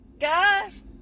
guys